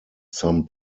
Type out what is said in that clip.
some